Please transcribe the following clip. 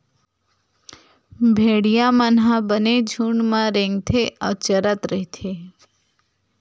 भेड़िया मन ह बने झूंड म रेंगथे अउ चरत रहिथे